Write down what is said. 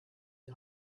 die